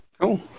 Cool